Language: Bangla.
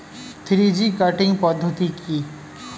থ্রি জি কাটিং পদ্ধতি কি?